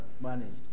managed